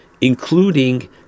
including